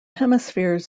hemispheres